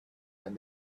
and